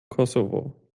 kosovo